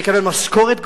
לקבל משכורת גבוהה?